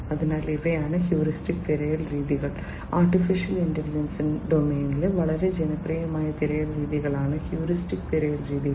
അതിനാൽ ഇവയാണ് ഹ്യൂറിസ്റ്റിക് തിരയൽ രീതികൾ AI യുടെ ഡൊമെയ്നിലെ വളരെ ജനപ്രിയമായ തിരയൽ രീതികളാണ് ഹ്യൂറിസ്റ്റിക്സ് തിരയൽ രീതികൾ